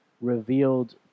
revealed